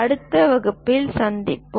அடுத்த வகுப்பில் சந்திப்போம்